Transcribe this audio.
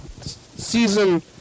season